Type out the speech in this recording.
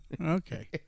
Okay